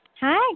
Hi